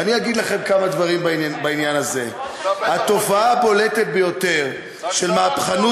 ואני אגיד לכם כמה דברים בעניין הזה: התופעה הבולטת ביותר של מהפכנות